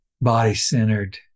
body-centered